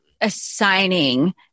assigning